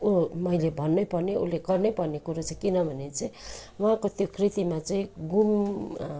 उयो मैले भन्नैपर्ने उल्लेख गर्नैपर्ने कुरो चाहिँ किनभने चाहिँ उहाँको त्यो कृतिमा चाहिँ घुम